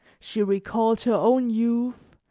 she recalls her own youth,